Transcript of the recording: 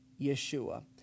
Yeshua